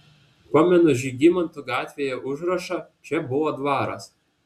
pamenu žygimantų gatvėje užrašą čia buvo dvaras